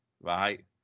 right